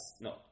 no